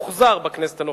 הוחזר בכנסת הנוכחית.